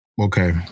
Okay